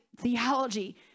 theology